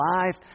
life